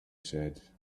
said